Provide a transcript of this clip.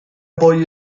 poi